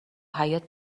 حیاط